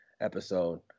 episode